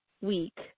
week